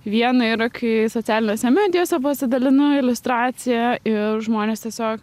viena yra kai socialinėse medijose pasidalinu iliustracija ir žmonės tiesiog